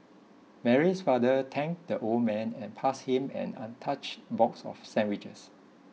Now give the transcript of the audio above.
Mary's father thanked the old man and passed him an untouched box of sandwiches